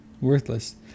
Worthless